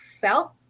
felt